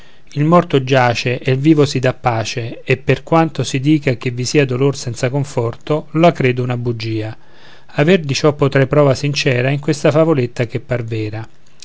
il morto giace e il vivo si dà pace e per quanto si dica che vi sia dolor senza conforto la credo una bugia aver di ciò potrai prova sincera in questa favoletta che